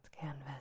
canvas